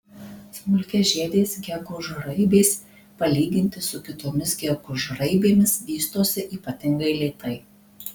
smulkiažiedės gegužraibės palyginti su kitomis gegužraibėmis vystosi ypatingai lėtai